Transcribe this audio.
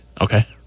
Okay